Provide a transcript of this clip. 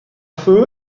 feu